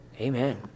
Amen